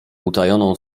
utajoną